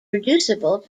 reducible